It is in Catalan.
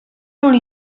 molt